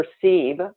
perceive